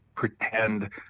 pretend